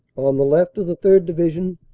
on the left of the third. division,